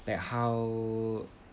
like how